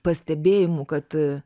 pastebėjimų kad